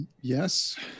Yes